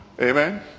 Amen